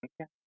Okay